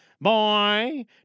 Boy